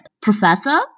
professor